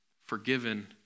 forgiven